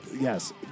Yes